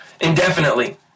indefinitely